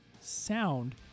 sound